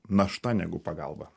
našta negu pagalba